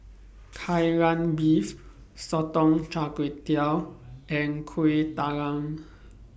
Kai Lan Beef Sotong Char Kway and Kueh Talam